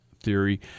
theory